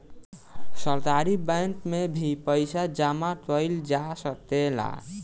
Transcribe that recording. सहकारी बैंक में भी पइसा जामा कईल जा सकेला